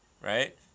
Right